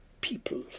People